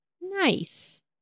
Nice